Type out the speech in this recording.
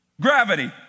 Gravity